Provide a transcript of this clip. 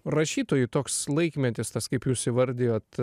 rašytojui toks laikmetis tas kaip jūs įvardijot